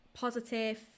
positive